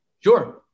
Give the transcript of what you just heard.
Sure